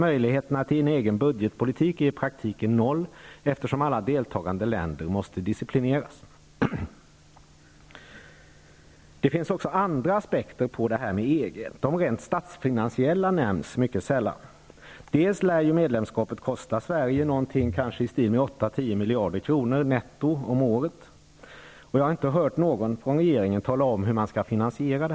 Möjligheterna till egen budgetpolitik är i praktiken noll eftersom alla deltagande länder måste disciplineras.'' Det finns också andra aspekter på EG. De statsfinansiella konsekvenserna nämns mycket sällan. Bl.a. lär medlemskapet netto kosta Sverige i storleksordningen 8--10 miljarder om året. Jag har inte hört någon från regeringen tala om hur detta skall finansieras.